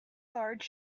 large